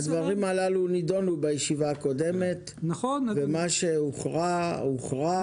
הדברים הללו נדונו בישיבה הקודמת ומה שהוכרע הוכרע.